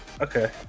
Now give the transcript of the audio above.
Okay